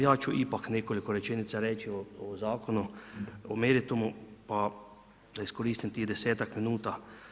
Ja ću ipak nekoliko rečenica reći o Zakonu, o meritumu, pa da iskoristim tih 10-ak minuta.